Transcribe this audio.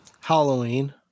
Halloween